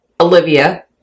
Olivia